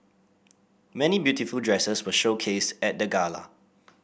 many beautiful dresses were showcased at the gala